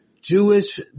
Jewish